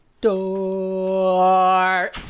door